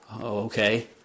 Okay